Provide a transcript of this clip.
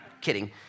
Kidding